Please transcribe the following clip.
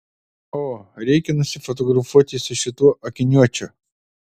o reikia nusifotografuoti su šituo akiniuočiu